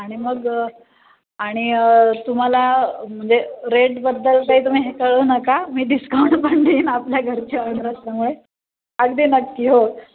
आणि मग आणि तुम्हाला म्हणजे रेटबद्दल तर तु्ही हे करू नका मी डिस्काऊंट पण देईन आपल्या घरची ऑर्डर असल्यामुळे अगदी नक्की हो